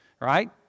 right